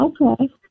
Okay